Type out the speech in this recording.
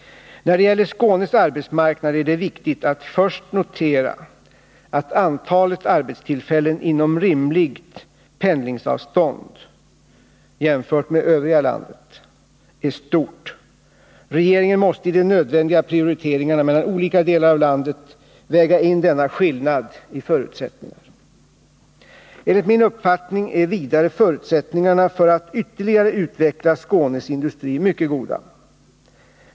När det gäller Skånes arbetsmarknad är det viktigt att först notera att. antalet arbetstillfällen inom rimligt pendlingsavstånd — jämfört med övriga landet — är stort. Regeringen måste i de nödvändiga prioriteringarna mellan olika delar av landet väga in denna skillnad i förutsättningar. Enligt min uppfattning är vidare förutsättningarna för att ytterligare utveckla Skånes industri mycket goda.